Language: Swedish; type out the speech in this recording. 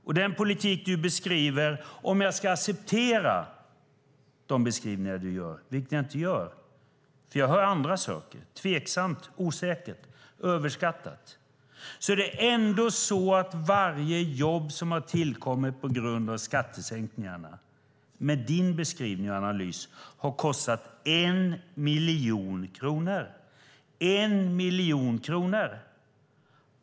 Jag ska inte citera den politik som du beskriver, för jag hör andra saker som tveksamt, osäkert, överskattat. Varje jobb som har tillkommit på grund av skattesänkningarna, med din beskrivning och analys, har kostat 1 miljon kronor!